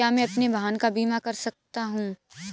क्या मैं अपने वाहन का बीमा कर सकता हूँ?